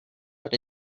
but